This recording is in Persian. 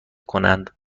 کنند